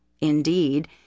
Indeed